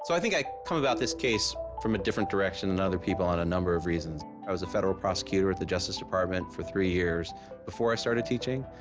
so i think i come about this case from a different direction than other people on a number of reasons. i was a federal prosecutor at the justice department for three yrs before i started teaching.